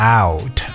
out